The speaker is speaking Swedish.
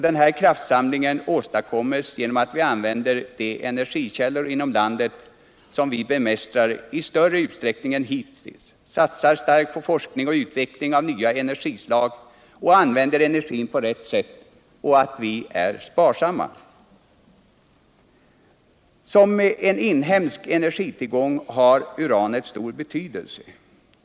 Den kraftsamlingen åstadkoms genom utt vi använder de energikällor inom landet som vi bemästrar 1 större utsträckning än hittills, satsar starkt på forskning och utveckling av nya energislag, använder energin på rätt sätt samt är sparsamma. Som en inhemsk energitillgång har uranet stor betydelse.